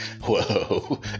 whoa